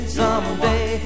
someday